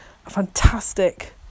fantastic